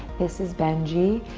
this is benji.